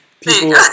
People